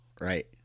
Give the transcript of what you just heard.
Right